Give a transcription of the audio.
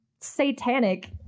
satanic